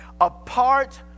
Apart